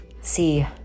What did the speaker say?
See